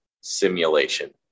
simulation